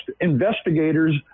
investigators